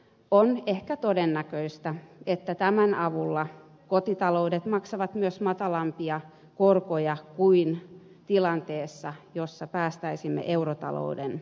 on ehkä todennäköistä että tämän avulla kotitaloudet maksavat myös matalampia korkoja kuin tilanteessa jossa päästäisimme eurotalouden luisumaan